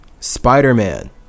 spider-man